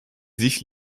sich